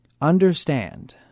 understand